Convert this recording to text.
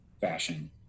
fashion